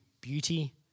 beauty